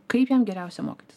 kaip jam geriausia mokytis